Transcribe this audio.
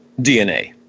DNA